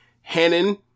Hannon